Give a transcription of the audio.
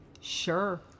Sure